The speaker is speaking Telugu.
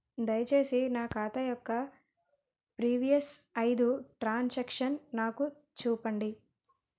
దయచేసి నా ఖాతా యొక్క ప్రీవియస్ ఐదు ట్రాన్ సాంక్షన్ నాకు చూపండి